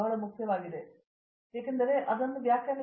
professor Usha Mohan ಏಕೆಂದರೆ ಯಾರೂ ನಮ್ಮನ್ನು ವ್ಯಾಖ್ಯಾನಿಸಲು ಹೋಗುತ್ತಿಲ್ಲ